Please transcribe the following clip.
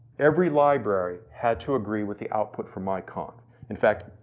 every library had to agree with the output from iconv. in fact,